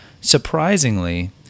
Surprisingly